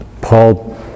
Paul